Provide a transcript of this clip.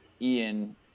Ian